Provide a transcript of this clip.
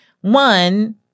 one